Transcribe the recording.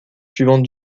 suivantes